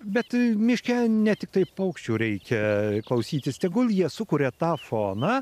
bet miške ne tiktai paukščių reikia klausytis tegul jie sukuria tą foną